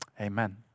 Amen